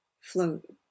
float